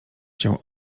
cię